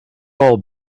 all